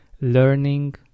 learning